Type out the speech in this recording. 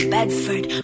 Bedford